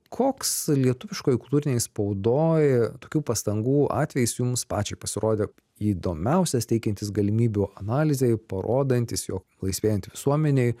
koks lietuviškoj kultūrinėj spaudoj tokių pastangų atvejais jums pačiai pasirodė įdomiausias teikiantis galimybių analizei parodantis jog laisvėjant visuomenei